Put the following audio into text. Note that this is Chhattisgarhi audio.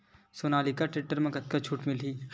सोनालिका टेक्टर म कतका छूट मिलही?